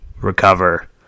recover